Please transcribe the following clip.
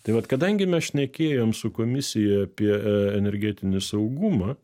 tai vat kadangi mes šnekėjom su komisija apie energetinį saugumą